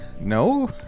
No